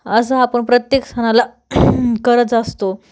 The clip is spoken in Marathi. असं आपण प्रत्येक सणाला करत असतो